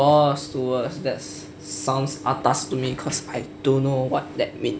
oh stewards that sounds atas to me cause I don't know what that means